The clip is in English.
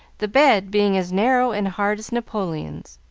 the bed being as narrow and hard as napoleon's.